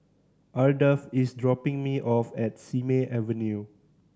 Ardath is dropping me off at Simei Avenue